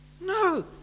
No